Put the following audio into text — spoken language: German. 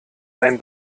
ein